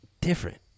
different